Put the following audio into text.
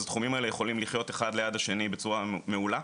אז התחומים האלה יכולים לחיות אחד ליד השני בצורה מעולה.